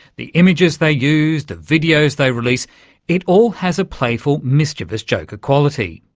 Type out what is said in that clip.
the images they use, the videos they release it all has a playful, mischievous, joker quality.